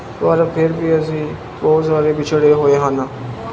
ਪਰ ਫਿਰ ਵੀ ਅਸੀਂ ਬਹੁਤ ਜ਼ਿਆਦਾ ਪਿੱਛੜੇ ਹੋਏ ਹਨ